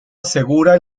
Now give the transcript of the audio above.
asegura